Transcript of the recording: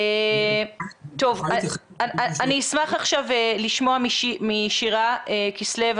אשמח לשמוע משירה כסלו,